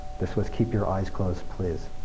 this was keep your eyes closed please.